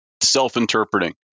self-interpreting